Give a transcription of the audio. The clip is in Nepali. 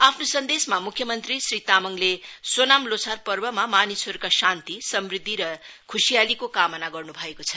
आफ्नो सन्देशमा मुख्यमन्त्री श्री तामाङले सोनाम लोछार पर्वमा मानिसहरूका शान्ति समृद्धि र खुशियालीको कामना गर्नु भएको छ